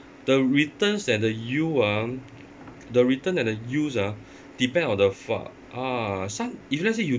the returns and the yield ah the return and the yields ah depend on the fa~ ah so~ if let's say you